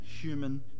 human